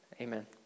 Amen